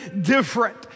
different